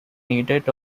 needed